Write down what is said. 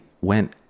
went